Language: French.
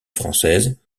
française